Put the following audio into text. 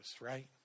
right